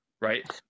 Right